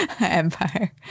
Empire